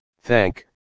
Thank